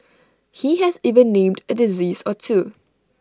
he has even named A disease or two